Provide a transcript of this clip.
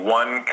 one